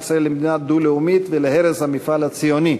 ישראל למדינה דו-לאומית ולהרס המפעל הציוני.